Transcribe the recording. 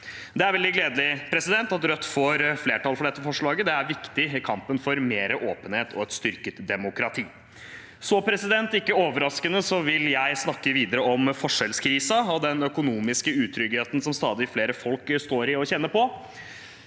Det er veldig gledelig at Rødt får flertall for dette forslaget. Det er viktig i kampen for mer åpenhet og et styrket demokrati. Ikke overraskende vil jeg snakke videre om forskjellskrisen og den økonomiske utryggheten som stadig flere folk står i og kjenner på.